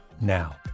now